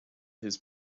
his